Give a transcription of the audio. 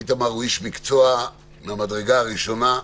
איתמר הוא איש מקצוע מהמדרגה הראשונה,